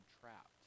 trapped